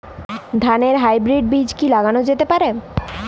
ধানের হাইব্রীড বীজ কি লাগানো যেতে পারে?